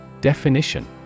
Definition